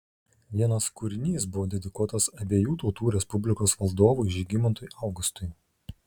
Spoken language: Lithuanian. vienas kūrinys buvo dedikuotas abiejų tautų respublikos valdovui žygimantui augustui